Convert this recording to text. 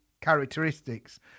characteristics